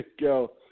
go